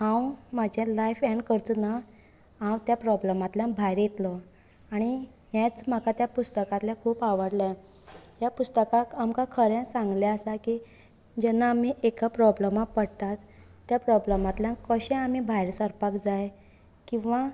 हांव म्हजे life end करचो ना हांव त्या प्रोब्लमांतल्यान भायर येतलो आनी हेंच म्हाका त्या पुस्तकातलें खूब आवडले हे पुस्तकाक आमकां खरे सांगले आसा की जेन्ना आमी एका प्रोब्लमाक पडटात त्या प्रोब्लमांतल्यान कशे आमी भायर सरपाक जाय किव्हा